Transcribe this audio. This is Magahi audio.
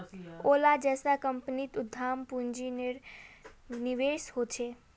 ओला जैसा कम्पनीत उद्दाम पून्जिर निवेश होछे